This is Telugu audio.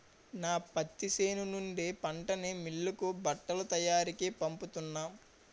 నా పత్తి చేను నుండి పంటని మిల్లుకి బట్టల తయారికీ పంపుతున్నాం